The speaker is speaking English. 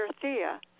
Thea